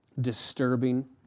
disturbing